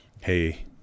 hey